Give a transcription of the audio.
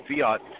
fiat